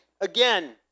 again